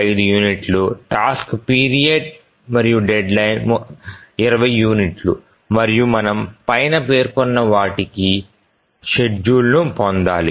5 యూనిట్లు task period మరియు deadline 20 యూనిట్లు మరియు మనము పైన పేర్కొన్న వాటికి షెడ్యూల్ను పొందాలి